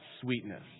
sweetness